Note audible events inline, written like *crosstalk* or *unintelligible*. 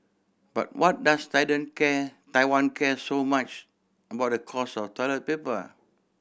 but why does *unintelligible* can Taiwan care so much about the cost of toilet paper